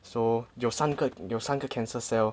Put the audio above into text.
so 有三个有三个 cancer cell